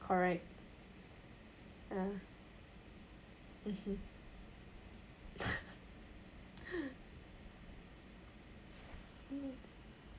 correct ya mmhmm